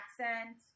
Accent